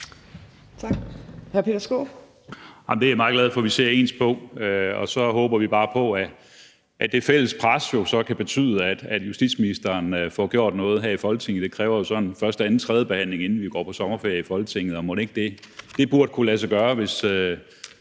Skaarup (DF): Det er jeg meget glad for vi ser ens på, og så håber vi bare på, at det fælles pres kan betyde, at justitsministeren får gjort noget her i Folketinget. Det kræver jo så en første, anden og tredje behandling, inden vi går på sommerferie i Folketinget, og det burde kunne lade sig gøre, hvis